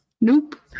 Nope